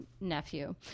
nephew